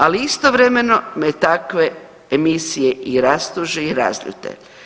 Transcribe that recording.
Ali istovremeno me takve emisije i rastuže i razljute.